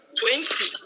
twenty